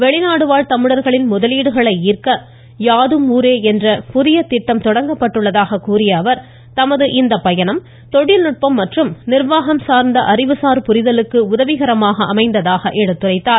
வெளிநாடுவாழ் தமிழர்களின் முதலீடுகளை ஈர்க்க யாதும் ஊரே என்ற புதிய திட்டம் தொடங்கப்பட்டுள்ளதாக கூறிய அவர் தமது இந்த பயணம் தொழில்நுட்பம் மற்றும் நிர்வாகம் சார்ந்த அறிவுசார் புரிதலுக்கு உதவிகரமாக அமைந்ததாக எடுத்துரைத்தார்